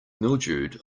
mildew